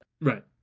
Right